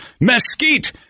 Mesquite